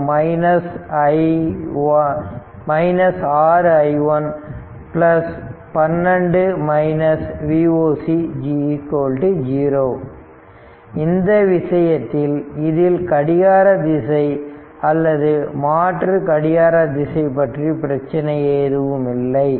மற்றும் 6 i1 12 Voc 0 இந்த விஷயத்தில் இதில் கடிகார திசை அல்லது மாற்று கடிகார திசை பற்றி பிரச்சினை எதுவுமில்லை